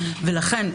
ולכן,